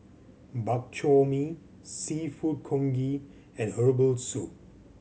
Bak Chor Mee Seafood Congee and herbal soup